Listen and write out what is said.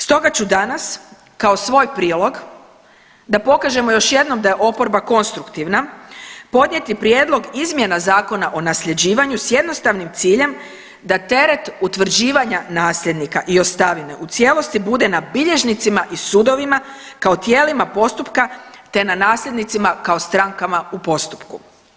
Stoga ću danas kao svoj prilog da pokažemo još jednom da je oporba konstruktivna podnijeti prijedlog izmjena Zakona o nasljeđivanju s jednostavnim ciljem da teret utvrđivanja nasljednika i ostavine u cijelosti bude na bilježnicima i sudovima kao tijelima postupka, te na nasljednicima kao strankama u postupku.